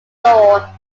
law